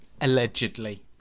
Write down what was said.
Allegedly